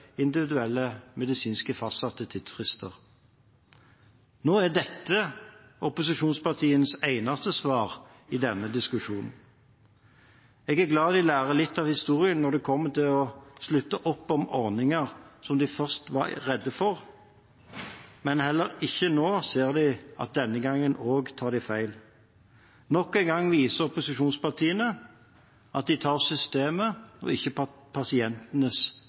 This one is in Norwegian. Nå er dette opposisjonspartienes eneste svar i denne diskusjonen. Jeg er glad de lærer litt av historien når det kommer til å slutte opp om ordninger som de først var redde for. Men heller ikke denne gangen ser de at de tar feil. Nok en gang viser opposisjonspartiene at de tar systemets, ikke pasientenes